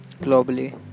globally